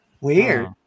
Weird